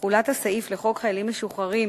תחולת הסעיף בחוק חיילים משוחררים